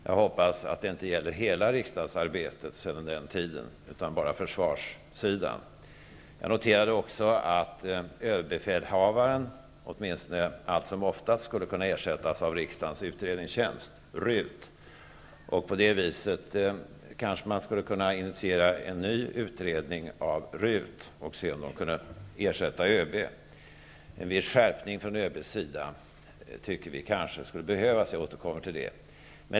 Jag hoppas att det inte gäller hela riksdagsarbetet utan bara försvaret. Jag noterade också att överbefälhavaren, åtminstone allt som oftast, skulle kunna ersättas av riksdagens utredningstjänst, RUT. På det sättet skulle man kanske kunna initiera en ny utredning av RUT för att se om RUT kan ersätta ÖB. En viss skärpning från ÖB:s sida tycker vi kanske skulle behövas. Jag återkommer till det.